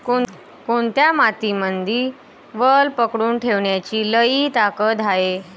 कोनत्या मातीमंदी वल पकडून ठेवण्याची लई ताकद हाये?